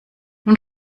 nun